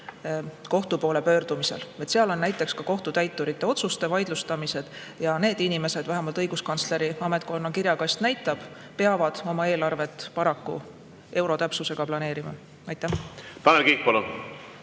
kohtu poole pöördumisel. Ja seal on näiteks ka kohtutäiturite otsuste vaidlustamised. Paraku need inimesed – vähemalt õiguskantsleri ametkonna kirjakast näitab seda – peavad oma eelarvet euro täpsusega planeerima. Tanel Kiik, palun!